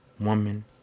woman